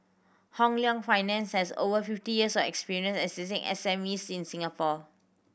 Hong Leong Finance has over fifty years of experience assisting S M Es in Singapore